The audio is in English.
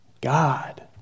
God